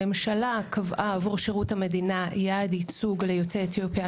הממשלה קבעה עבור שירות המדינה יעד ייצוג ליוצאי אתיופיה,